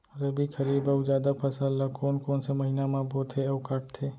रबि, खरीफ अऊ जादा फसल ल कोन कोन से महीना म बोथे अऊ काटते?